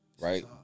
right